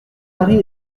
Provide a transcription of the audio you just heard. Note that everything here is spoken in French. marie